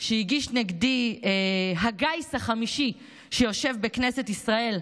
שהגיש נגדי הגיס החמישי שיושב בכנסת ישראל,